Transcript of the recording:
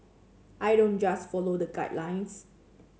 I don't just follow the guidelines